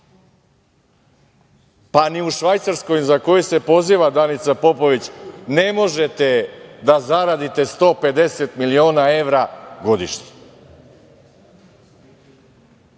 Pa ni u Švajcarskoj, na koju se poziva Danica Popović, ne možete da zaradite 150 miliona evra godišnje.